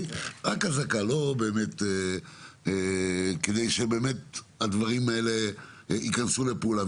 אזעקה, כדי שהדברים האלה ייכנסו לפעולה.